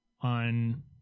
on